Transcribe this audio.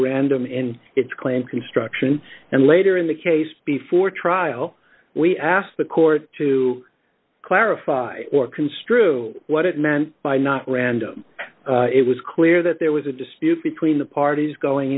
random in its claim construction and later in the case before trial we asked the court to clarify or construe what it meant by not random it was clear that there was a dispute between the parties going